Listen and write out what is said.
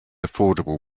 affordable